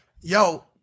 yo